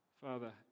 Father